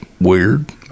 weird